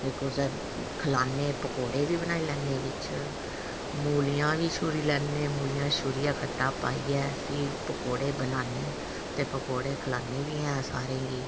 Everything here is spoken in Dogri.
कुसै खलाने पकौडे़ बी बनाई लैने बिच मूलियां बी छूरी लैने मूलियां छूरियै खट्टा पाइये फ्ही पकौडे़ बनाने ते पकौडे़ खलाने बी आं अस सारें गी